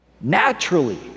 Naturally